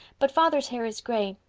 but father's hair is gray.